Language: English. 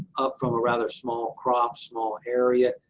up from a rather small crops, small area.